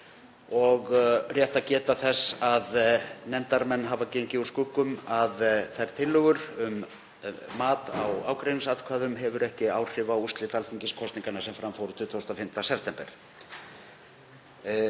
er að geta þess að nefndarmenn hafa gengið úr skugga um að þær tillögur um mat á ágreiningsatkvæðum hafa ekki áhrif á úrslit alþingiskosninganna sem fram fóru 25. september.